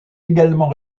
également